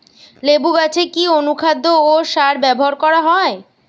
লেবু গাছে কি অনুখাদ্য ও সার ব্যবহার করা হয়?